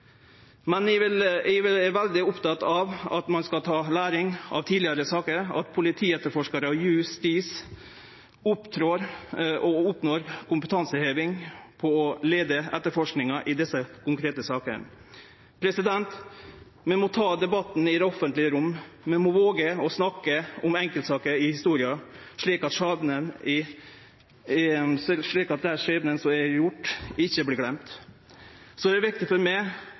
Men eg er veldig oppteken av at ein skal lære av tidlegare saker – at politietterforskarar og justisfeltet oppnår kompetanseheving av å leie etterforskinga i desse konkrete sakene. Vi må ta debattane i det offentlege rommet. Vi må våge å snakke om enkeltsaker i historia, slik at dei skjebnane som har vore, ikkje vert gløymde. Det er viktig for meg